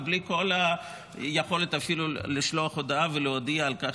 ואפילו בלי כל יכולת לשלוח הודעה ולהודיע על כך